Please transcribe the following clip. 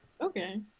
Okay